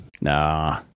Nah